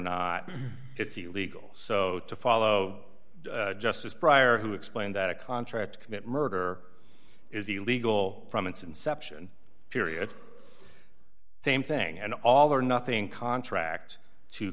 not it's illegal so to follow just as prior who explained that a contract to commit murder is illegal from its inception period same thing and all or nothing contract to